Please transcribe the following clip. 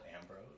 ambrose